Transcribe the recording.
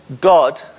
God